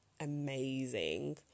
amazing